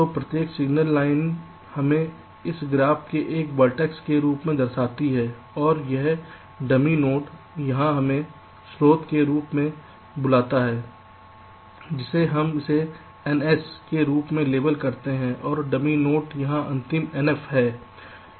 तो प्रत्येक signal line हमें इस ग्राफ में एक वर्टेक्स के रूप में दर्शाती है और यह डमी नोड यहां हमें स्रोत के रूप में बुलाता है जिसे हम इसे Ns के रूप में लेबल करते हैं और डमी नोड यहां अंतिम Nf है